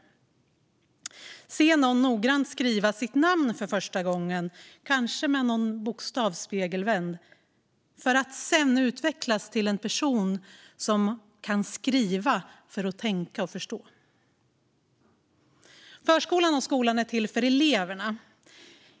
Det handlar om att se någon noggrant skriva sitt namn för första gången, kanske med någon bokstav spegelvänd, för att sedan utvecklas till en person som kan skriva för att tänka och förstå. Förskolan och skolan är till för eleverna.